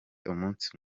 umunsi